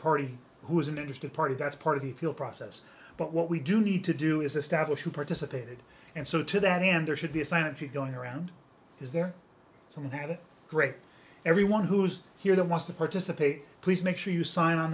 party who is an interested party that's part of the appeal process but what we do need to do is establish who participated and so to that end there should be a sign if you going around is there something that is great everyone who's here that wants to participate please make sure you sign on